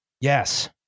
Yes